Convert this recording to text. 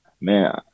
man